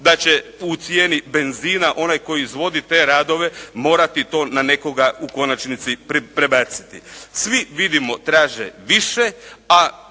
da će u cijenu benzina onaj koji izvodi te radove morati to na nekoga u konačnici prebaciti. Svi vidimo draže, više, a